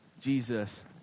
Jesus